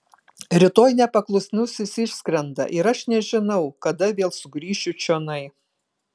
rytoj nepaklusnusis išskrenda ir aš nežinau kada vėl sugrįšiu čionai